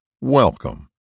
welcome